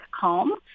calm